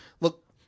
look